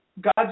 God